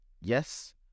yes